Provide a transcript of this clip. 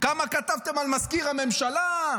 כמה כתבתם על מזכיר הממשלה.